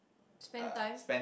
spend time